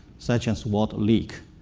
such as water leak.